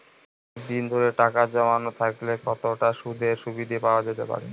অনেকদিন ধরে টাকা জমানো থাকলে কতটা সুদের সুবিধে পাওয়া যেতে পারে?